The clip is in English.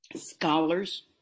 scholars